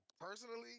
Personally